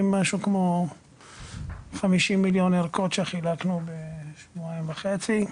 משהו כמו 50 מיליון ערכות שחילקנו בשבועיים וחצי.